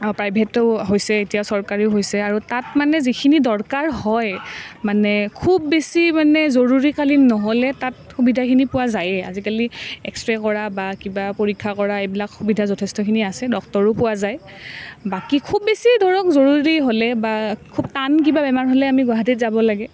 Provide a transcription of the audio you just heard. প্ৰাইভেতো হৈছে এতিয়া চৰকাৰীও হৈছে আৰু তাত মানে যিখিনি দৰকাৰ হয় মানে খুব বেছি মানে জৰুৰীকালীন নহ'লে তাত সুবিধাখিনি পোৱা যায়েই আজিকালি এক্সৰে কৰা বা কিবা পৰীক্ষা কৰা এইবিলাক সুবিধা যথেষ্টখিনি আছে ডক্টৰো পোৱা যায় বাকী খুব বেছি ধৰক জৰুৰী হ'লে বা খুব টান কিবা বেমাৰ হ'লে আমি গুৱাহাটীত যাব লাগে